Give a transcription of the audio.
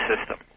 system